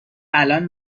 الان